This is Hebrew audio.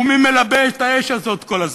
ומי מלבה את האש הזאת כל הזמן?